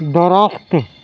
درخت